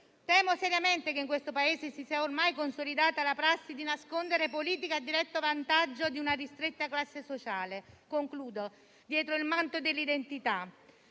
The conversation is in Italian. Temo seriamente che in questo Paese si sia ormai consolidata la prassi di nascondere politiche a diretto vantaggio di una ristretta classe sociale dietro il manto dell'identità.